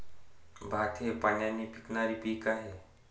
भात हे पाण्याने पिकणारे पीक आहे